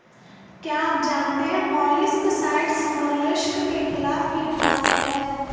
क्या आप जानते है मोलस्किसाइड्स मोलस्क के खिलाफ कीटनाशक हैं?